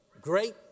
great